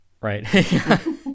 right